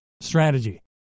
Strategy